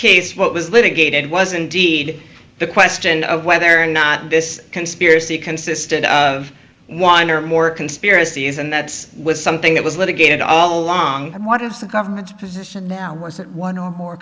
case what was litigated was indeed the question of whether or not this conspiracy consisted of one or more conspiracies and that's was something that was litigated all along and what is the government's position now was that one or more